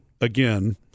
again